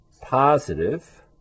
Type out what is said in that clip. positive